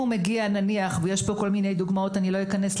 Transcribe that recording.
יש כל מיני דוגמאות, למשל: